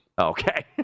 Okay